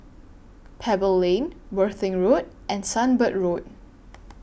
Pebble Lane Worthing Road and Sunbird Road